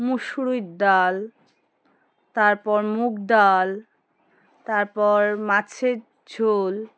মুসুরির ডাল তারপর মুগ ডাল তারপর মাছের ঝোল